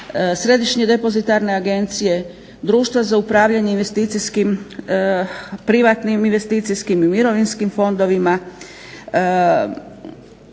Središnje depozitarne agencije, Društva za upravljanje investicijskim, privatnim investicijskim i mirovinskim fondovima,